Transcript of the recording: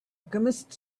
chemist